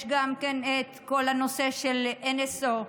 יש גם את כל הנושא של NSO,